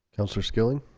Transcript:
elsewhere skilling